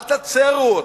אל תצרו אותה.